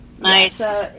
nice